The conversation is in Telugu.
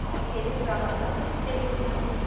ఫైవ్ కేజెస్ కావాలా సిక్స్ కేజేసా అండి